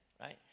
right